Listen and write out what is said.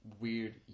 weird